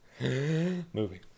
movie